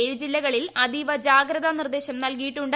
ഏഴ് ജില്ലകളിൽ അതീവ ജാഗ്രതാ നിർദ്ദേശം നൽകിയിട്ടുണ്ട്